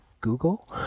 Google